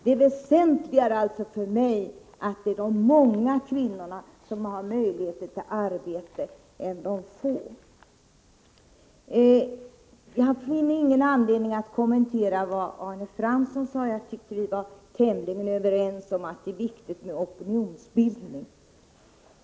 Det är väsentligare för mig att många kvinnor har möjlighet till arbete än att få har det. Jag finner ingen anledning att kommentera vad Arne Fransson sade. Vi är tämligen överens om att det är viktigt med opinionsbildning.